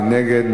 מי נגד?